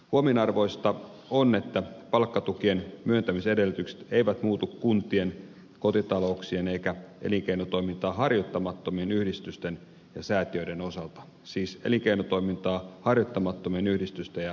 huomionarvoista on että palkkatukien myöntämisedellytykset eivät muutu kuntien kotitalouksien eivätkä elinkeinotoimintaa harjoittamattomien yhdistysten ja säätiöiden osalta siis elinkeinotoimintaa harjoittamattomien yhdistysten ja säätiöiden osalta